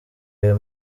aya